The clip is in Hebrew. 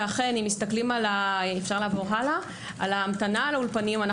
ואכן אם מסתכלים על ההמתנה לאולפנים,